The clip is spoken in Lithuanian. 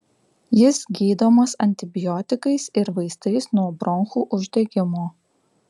jis gydomas antibiotikais ir vaistais nuo bronchų uždegimo